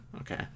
Okay